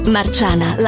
Marciana